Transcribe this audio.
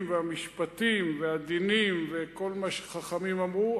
והמשפטים והדינים וכל מה שחכמים אמרו,